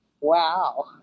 Wow